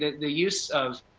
the use of